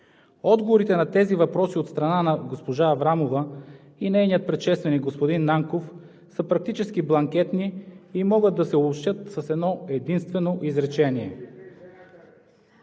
Отговорите на тези въпроси от страна на госпожа Аврамова и нейния предшественик господин Нанков са практически бланкетни и могат да се обобщят с едно единствено изречение.